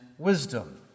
Wisdom